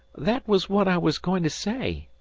that was what i was goin' to say.